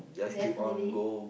definitely